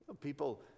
People